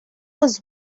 was